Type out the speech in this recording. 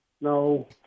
No